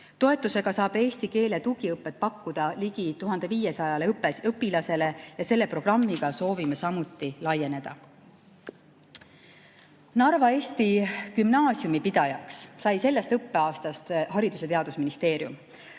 Toetusega saab eesti keele tugiõpet pakkuda ligi 1500 õpilasele ja seda programmi soovime samuti laiendada. Narva Eesti Gümnaasiumi pidajaks sai sellest õppeaastast Haridus‑ ja Teadusministeerium.